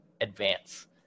advance